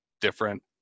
different